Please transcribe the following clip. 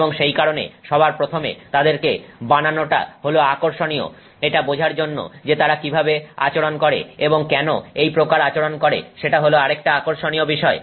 এবং সেই কারণে সবার প্রথমে তাদেরকে বানানোটা হল আকর্ষণীয় এটা বোঝার জন্য যে তারা কিভাবে আচরণ করে এবং কেন এই প্রকার আচরণ করে সেটা হল আরেকটা আকর্ষণীয় বিষয়